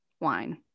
wine